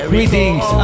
Greetings